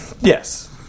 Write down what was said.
Yes